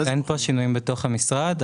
אין שינויים בתוך המשרד.